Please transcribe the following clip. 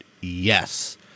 Yes